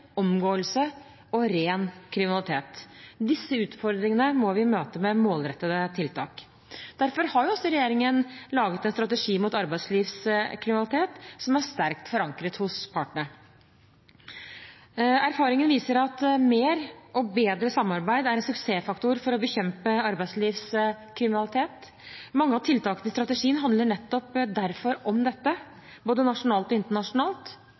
og ren kriminalitet. Disse utfordringene må vi møte med målrettede tiltak. Derfor har også regjeringen laget en strategi mot arbeidslivskriminalitet, som er sterkt forankret hos partene. Erfaringen viser at mer og bedre samarbeid er en suksessfaktor for å bekjempe arbeidslivskriminalitet. Mange av tiltakene i strategien handler nettopp derfor om dette, både nasjonalt og internasjonalt.